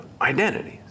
identities